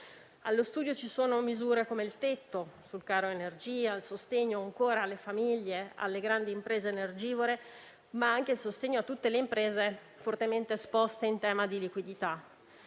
allo studio misure come il tetto sul caro energia, il sostegno alle famiglie e alle grandi imprese energivore, ma anche a tutte le imprese fortemente esposte in termini di liquidità.